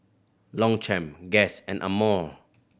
Longchamp Guess and Amore